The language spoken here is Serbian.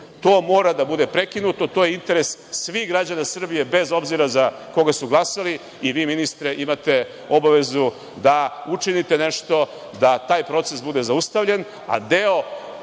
To mora da bude prekinuto, to je interes svih građana Srbije, bez obzira za koga su glasali. Ministre, imate obavezu da učinite nešto da taj proces bude zaustavljen,